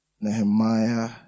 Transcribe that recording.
Nehemiah